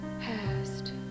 Past